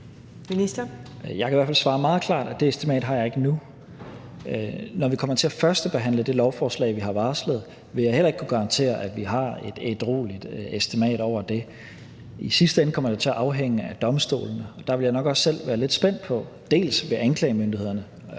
Jeg kan i hvert fald svare meget klart, at det estimat har jeg ikke nu. Når vi kommer til at førstebehandle det lovforslag, vi har varslet, vil jeg heller ikke kunne garantere, at vi har et ædrueligt estimat over det. I sidste ende kommer det jo til at afhænge af domstolene, og der vil jeg nok også selv være lidt spændt på at se: Vil anklagemyndighederne